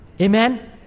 Amen